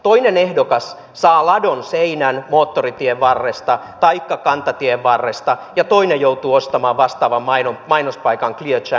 toinen ehdokas saa ladonseinän moottoritien varresta taikka kantatien varresta ja toinen joutuu ostamaan vastaavan mainospaikan clear channelilta